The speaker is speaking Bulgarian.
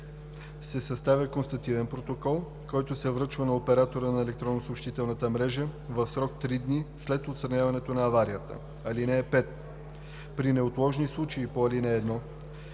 се съставя констативен протокол, който се връчва на оператора на електронната съобщителна мрежа в срок 3 дни след отстраняването на аварията. (5) При неотложни случаи по ал. 1,